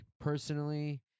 Personally